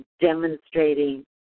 demonstrating